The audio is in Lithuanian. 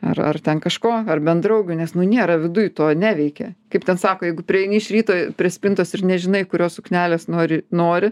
ar ar ten kažko ar bent draugių nes nu nėra viduj to neveikia kaip ten sako jeigu prieini iš ryto prie spintos ir nežinai kurios suknelės nori nori